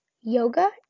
yoga